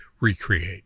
recreate